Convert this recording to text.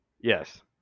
Yes